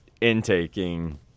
intaking